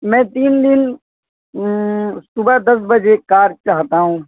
میں تین دن صبح دس بجے کار چاہتا ہوں